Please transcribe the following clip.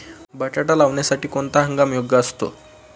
बटाटा लावण्यासाठी कोणता हंगाम योग्य असतो?